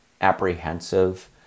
apprehensive